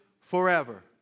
forever